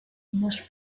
unos